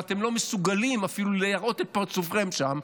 ואתם לא מסוגלים אפילו להראות את פרצופכם שם,